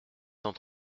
cent